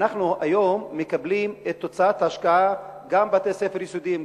אנחנו היום מקבלים את תוצאת ההשקעה גם בבתי-ספר יסודיים,